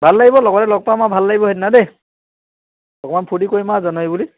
ভাল লাগিব লগৰে লগ পাম আৰু ভাল লাগিব সেইদিনা দেই অকণমান ফূৰ্তি কৰিম আৰু জানুৱাৰী বুলি